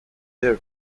their